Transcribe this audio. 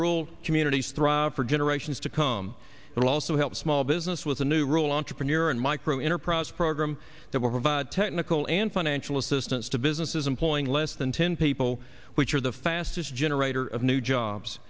rule communities thrive for generations to come and also help small business with a new rule entrepreneur and micro enterprise program that will provide technical and financial assistance to businesses employing less than ten people which are the fastest generator of new jobs